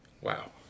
Wow